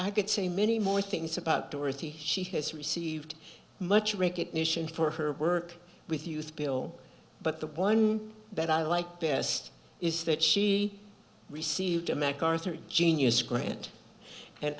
i could say many more things about dorothy she has received much recognition for her work with us bill but the one that i like best is that she received a mac arthur genius grant and